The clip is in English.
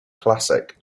classic